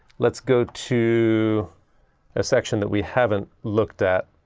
let's go to a section that we haven't looked at